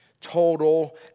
total